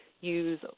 use